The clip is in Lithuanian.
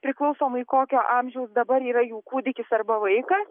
priklausomai kokio amžiaus dabar yra jų kūdikis arba vaikas